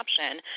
option